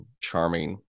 charming